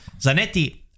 Zanetti